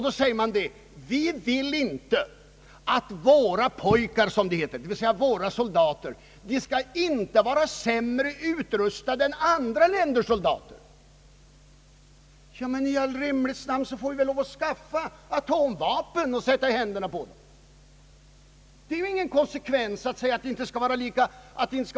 Då vill han att våra pojkar, som det heter, d. v. s. våra soldater, inte skall vara sämre utrustade än andra länders soldater. I så fall får vi väl i all rimlighets namn skaffa atomvapen att sätta i händerna på dem! Det är väl ingen konsekvens i sådana resonemang.